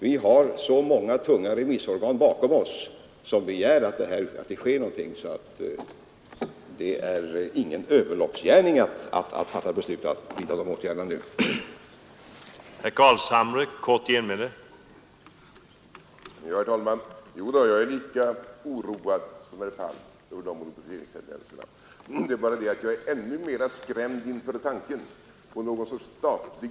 Vi har så många tunga remissorgan bakom oss som begär att något skall ske, så det är ingen överloppsgärning att nu fatta beslut om att vidta de åtgärder utskottet föreslår.